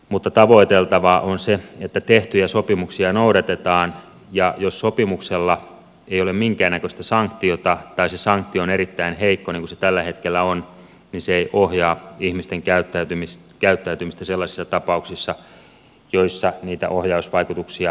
mutta tavoiteltavaa on se että tehtyjä sopimuksia noudatetaan ja jos sopimuksella ei ole minkään näköistä sanktiota tai se sanktio on erittäin heikko niin kuin se tällä hetkellä on niin se ei ohjaa ihmisten käyttäytymistä sellaisissa tapauksissa joissa niitä ohjausvaikutuksia tarvitaan